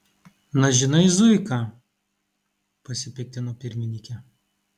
na žinai zuika pasipiktino pirmininkė